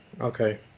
okay